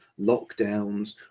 lockdowns